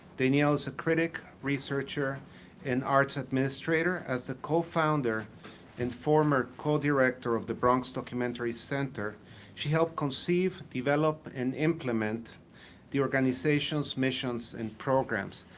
danielle is a critic, researcher and arts administrator. as a co-founder and former co-director of the bronx documentary center she helped conceive, develop and implement the organization's missions and programs.